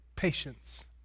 patience